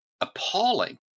appalling